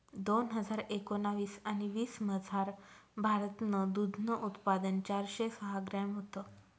दोन हजार एकोणाविस आणि वीसमझार, भारतनं दूधनं उत्पादन चारशे सहा ग्रॅम व्हतं